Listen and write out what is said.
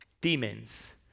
demons